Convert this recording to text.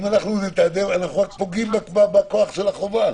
אם אנחנו נתעדף אנחנו רק פוגעים כוח של החובה.